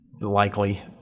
likely